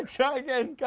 try again.